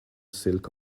silk